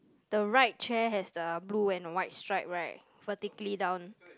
the right chair has the blue and white stripe right vertically down